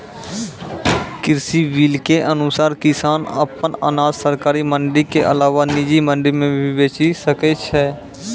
कृषि बिल के अनुसार किसान अप्पन अनाज सरकारी मंडी के अलावा निजी मंडी मे भी बेचि सकै छै